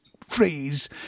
phrase